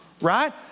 right